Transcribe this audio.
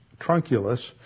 trunculus